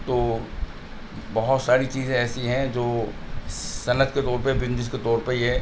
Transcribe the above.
تو بہت ساری چیزیں ایسی ہیں جو صنعت کے طور پہ بزنس کے طور پہ یہ